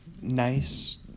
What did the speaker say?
nice